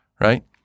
Right